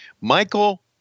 Michael